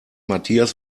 matthias